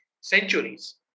centuries